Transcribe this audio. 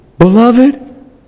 Beloved